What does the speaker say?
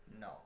No